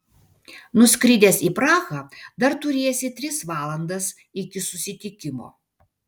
nuskridęs į prahą dar turėsi tris valandas iki susitikimo